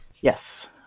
Yes